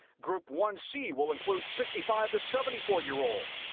group one c will include sixty five to seventy four year olds,